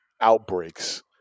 outbreaks